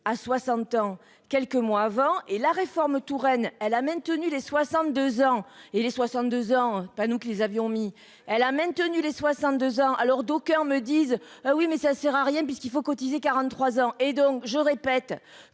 à 60 ans, quelques mois avant et la réforme Touraine elle a maintenu les 62 ans et les 62 ans pas nous qui les avions mis elle a maintenu les 62 ans alors d'aucun me disent oui mais ça sert à rien puisqu'il faut cotiser 43 ans et donc je répète